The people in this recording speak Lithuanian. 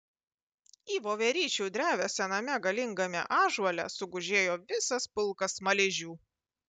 į voveryčių drevę sename galingame ąžuole sugužėjo visas pulkas smaližių